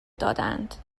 دادهاند